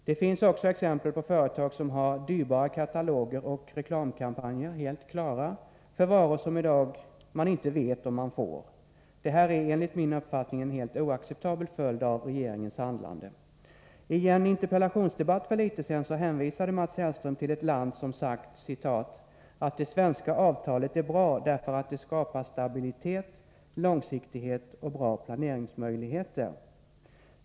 Det finns också exempel på företag som har dyrbara kataloger och reklamkampanjer helt klara för varor som man i dag inte vet om man får. Det här är, enligt min uppfattning, en helt oacceptabel följd av regeringens handlande. I en interpellationsdebatt för litet sedan hänvisade Mats Hellström till ett land som sagt ”att det svenska avtalet är bra därför att det skapar stabilitet, långsiktighet och bra planeringsmöjligheter”.